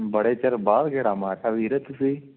ਬੜੇ ਚਿਰ ਬਾਅਦ ਗੇੜਾ ਮਾਰਿਆ ਵੀਰ ਤੁਸੀਂ